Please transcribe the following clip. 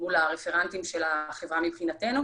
מול הרפרנטים של החברה מבחינתנו,